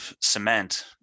cement